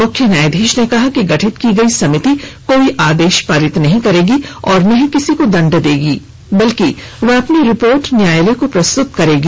मुख्य न्यायाधीश ने कहा कि गठित की गई समिति कोई आदेश पारित नहीं करेगी और न ही किसी को दंड देगी बल्कि वह अपनी रिपोर्ट न्यायालय को प्रस्तुत करेगी